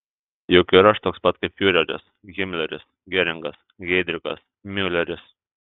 juk ir aš toks pat kaip fiureris himleris geringas heidrichas miuleris